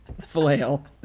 flail